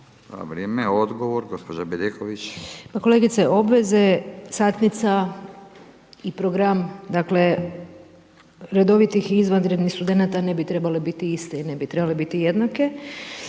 Vrijeme. Odgovor gospođa Bedeković.